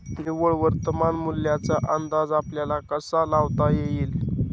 निव्वळ वर्तमान मूल्याचा अंदाज आपल्याला कसा लावता येईल?